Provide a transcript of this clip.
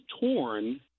torn